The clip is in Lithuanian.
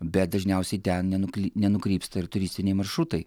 bet dažniausiai ten nenukly nenukrypsta ir turistiniai maršrutai